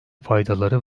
faydaları